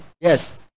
yes